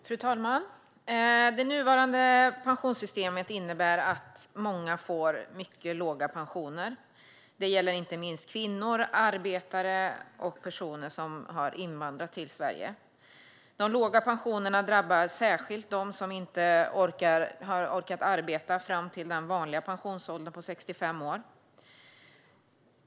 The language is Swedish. Fru talman! Det nuvarande pensionssystemet innebär att många får mycket låga pensioner. Det gäller inte minst kvinnor, arbetare och personer som har invandrat till Sverige. De låga pensionerna drabbar särskilt dem som inte har orkat arbeta fram till den vanliga pensionsåldern 65 år.